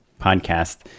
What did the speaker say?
podcast